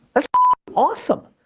that's ah awesome!